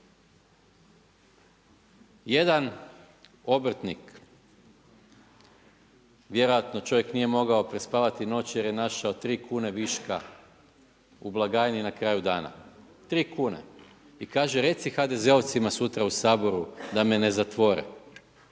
Jedan obrtnik vjerojatno čovjek nije mogao prespavati noć jer je našao 3 kn viška u blagajni na kraju dana, 3 kn. I kaže, reci HDZ-ovcima sutra u Saboru da me ne zatvore,